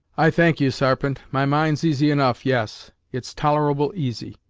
i thank you, sarpent my mind's easy enough yes, it's tolerable easy.